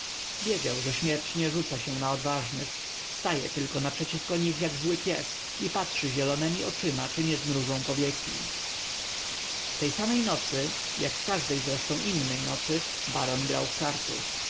wiedział że śmierć nie rzuca się na odważnych staje tylko naprzeciw nich jak zły pies i patrzy zielonemi oczyma czy nie zmrużą powieki tej samej nocy jak każdej zresztą innej nocy baron grał w karty